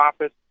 office